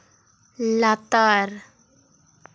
ᱞᱟᱛᱟᱨ